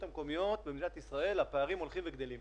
המקומיות במהלך כל התקופה סיפקו שירותים והן צריכות את מקור